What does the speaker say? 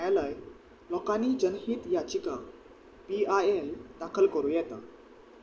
न्यायालय लोकांनी जनहीत याचिका पी आय एल दाखल करूं येता